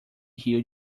rio